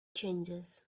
changes